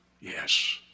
yes